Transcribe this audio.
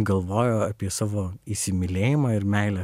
galvojo apie savo įsimylėjimą ir meilę